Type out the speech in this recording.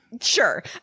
Sure